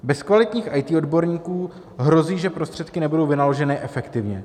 Bez kvalitních IT odborníků hrozí, že prostředky nebudou vynaloženy efektivně.